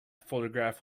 photograph